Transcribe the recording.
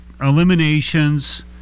Eliminations